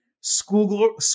school